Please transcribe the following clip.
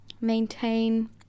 maintain